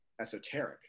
esoteric